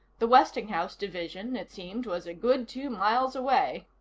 the westinghouse division, it seemed, was a good two miles away.